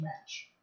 match